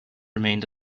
remained